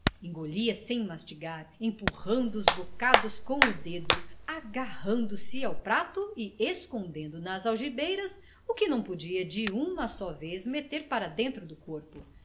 engolia sem mastigar empurrando os bocados com os dedos agarrando-se ao prato e escondendo nas algibeiras o que não podia de uma só vez meter para dentro do corpo